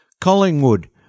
Collingwood